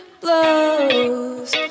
blows